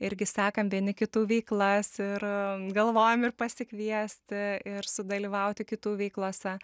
irgi sekam vieni kitų veiklas ir galvojam ir pasikviesti ir sudalyvauti kitų veiklose